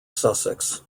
sussex